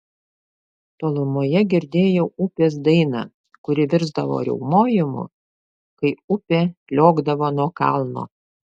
tolumoje girdėjau upės dainą kuri virsdavo riaumojimu kai upė kliokdavo nuo kalno